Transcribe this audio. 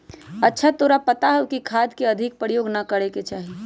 अच्छा तोरा पता हाउ खाद के अधिक प्रयोग ना करे के चाहि?